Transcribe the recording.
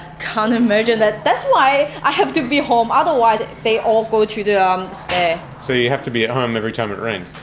can't imagine that! that's why i have to be home, otherwise, they all go to the um stair. so you have to be at home every time it rains?